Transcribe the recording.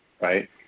right